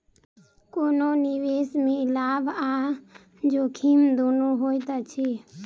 कोनो निवेश में लाभ आ जोखिम दुनू होइत अछि